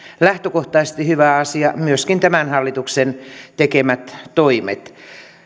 lähtökohtaisesti hyvä asia on myöskin tämän hallituksen tekemät toimet